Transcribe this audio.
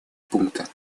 пункта